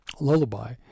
lullaby